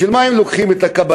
בשביל מה הם לוקחים את הקבלה?